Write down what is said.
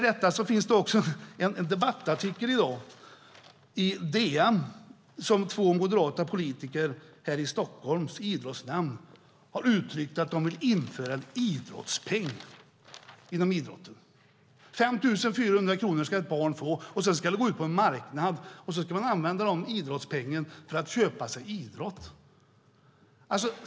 Det finns också en debattartikel i DN i dag där två moderata politiker i Stockholms idrottsnämnd uttrycker att de vill införa en idrottspeng inom idrotten. Ett barn ska få 5 400 kronor och sedan gå ut på en marknad och använda idrottspengen för att köpa sig idrott.